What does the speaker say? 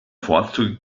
vorzug